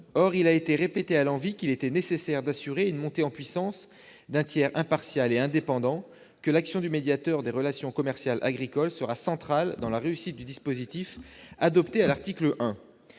Or il a été répété à l'envi qu'il était nécessaire d'assurer une montée en puissance d'un tiers impartial et indépendant et que l'action du médiateur des relations agricoles serait centrale dans la réussite du dispositif adopté à l'article 1.